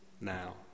now